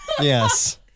Yes